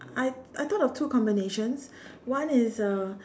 I I thought of two combinations one is uh